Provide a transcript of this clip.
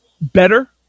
better